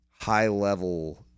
high-level